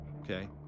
okay